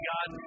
God